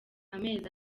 amezi